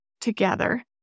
together